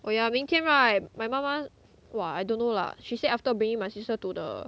oh yeah 明天 right my 妈妈 !wah! I don't know lah she say after bringing my sister to the